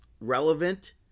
relevant